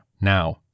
Now